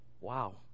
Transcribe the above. wow